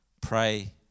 pray